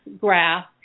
graph